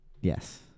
Yes